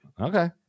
Okay